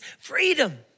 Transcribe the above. freedom